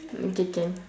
okay can